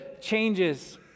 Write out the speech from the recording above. changes